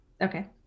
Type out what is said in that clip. Okay